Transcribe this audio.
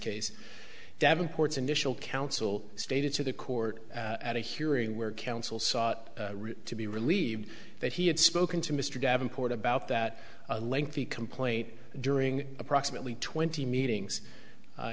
case davenport's initial counsel stated to the court at a hearing where counsel sought to be relieved that he had spoken to mr davenport about that lengthy complaint during approximately twenty meetings